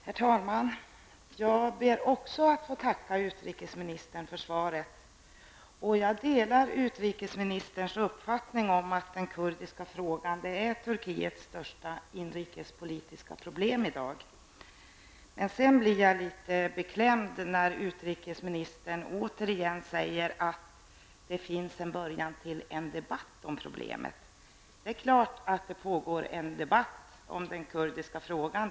Herr talman! Jag ber också att få tacka utrikesministern för svaret. Jag delar utrikesministerns uppfattning om att den kurdiska frågan är Turkiets största inrikespolitiska problem i dag. Sedan blir jag litet beklämd när utrikesministern återigen säger att det finns en början till en debatt om problemet. Det är klart att det pågår en debatt om den kurdiska frågan.